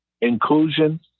inclusion